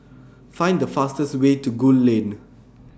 Find The fastest Way to Gul Lane